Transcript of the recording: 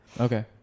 okay